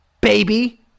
baby